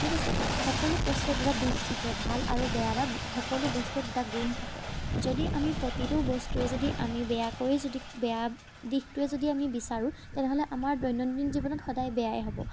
ঠিক আছে সকলো বস্তুৰে দুটা দিশ থাকে ভাল আৰু বেয়া বা সকলো বস্তুৰ দুটা গুণ থাকে যদি আমি প্ৰতিটো বস্তুৱে যদি আমি বেয়াকৈয়ে যদি বেয়া দিশটোৱে যদি আমি বিচাৰোঁ তেনেহ'লে আমাৰ দৈনন্দিন জীৱনত সদায় বেয়াই হ'ব